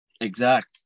exact